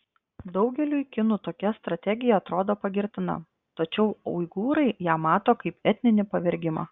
daugeliui kinų tokia strategija atrodo pagirtina tačiau uigūrai ją mato kaip etninį pavergimą